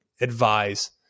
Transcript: advise